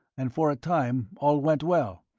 and for a time all went well,